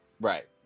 Right